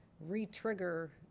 re-trigger